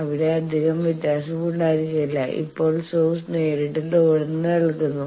അവിടെ അധികം വ്യത്യാസം ഉണ്ടായിരിക്കില്ല ഇപ്പോൾ സോഴ്സ് നേരിട്ട് ലോഡിന് നൽകുന്നു